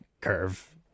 curve